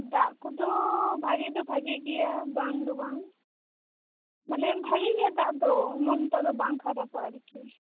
ᱫᱟᱜᱽ ᱠᱚᱫ ᱵᱷᱟᱹᱜᱤ ᱫᱚ ᱵᱷᱟᱹᱜᱤ ᱜᱮᱭᱟ ᱵᱟᱝ ᱫᱚ ᱵᱟᱝ ᱢᱟᱱᱮ ᱵᱷᱟᱹᱜᱤ ᱜᱮᱭᱟ ᱫᱟᱜᱽ ᱫᱚ ᱮᱢᱚᱱ ᱛᱚ ᱫᱚ ᱵᱟᱝ ᱠᱷᱟᱨᱟᱯᱟ ᱟᱨᱠᱤ